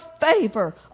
favor